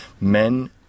men